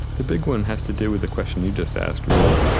the big one has to do with the question you just asked, really.